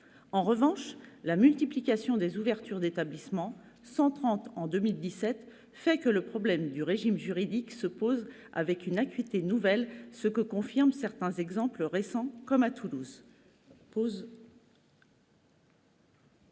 En revanche, la multiplication des ouvertures d'établissements- 130 en 2017 -donne au problème du régime juridique une acuité nouvelle, ce que confirment certains exemples récents, comme à Toulouse.